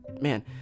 man